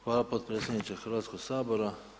Hvala potpredsjedniče Hrvatskog sabora.